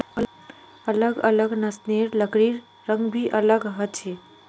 अलग अलग नस्लेर लकड़िर रंग भी अलग ह छे